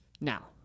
Now